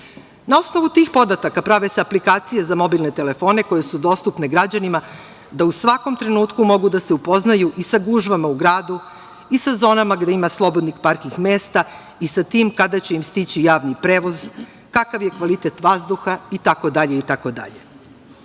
osnovu tih podataka prave se aplikacije za mobilne telefone, koje su dostupne građanima, da u svakom trenutku mogu da se upoznaju i sa gužvama u gradu i sa zonama gde ima slobodnih parking mesta i sa tim kada će im stići javni prevoz, kakav je kvalitet vazduha